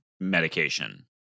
medication